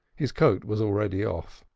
his coat was already off.